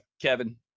Kevin